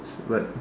should what